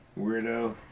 Weirdo